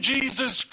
Jesus